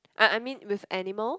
I I mean with animals